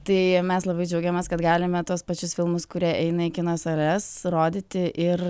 tai mes labai džiaugiamės kad galime tuos pačius filmus kurie eina į kino sales rodyti ir